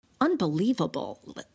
Unbelievable